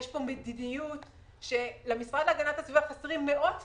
יש פה מדיניות שלמשרד להגנת הסביבה חסרים מאות תקנים,